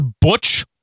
Butch